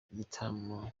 igitaramo